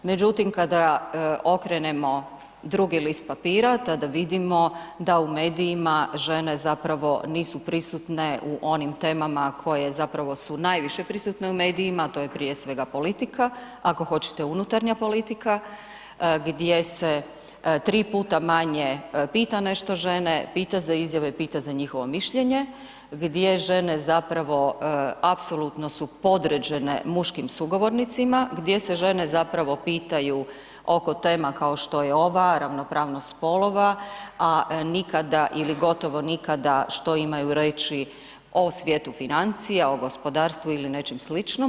Međutim, kada okrenemo drugi lista papira tada vidimo da u medijima žene zapravo nisu prisutne u onim temama koje zapravo su najviše prisutne u medijima a to je prije svega politika, ako hoćete unutarnja politika gdje se 3x manje pita nešto žene, pita za izjave, pita za njihovo mišljenje, gdje žene zapravo apsolutno su podređene muškim sugovornicima, gdje se žene zapravo pitaju oko tema kao što je ova, ravnopravnost spolova a nikada ili gotovo nikada što imaju reći o svijetu financija, o gospodarstvu ili nečem sličnom.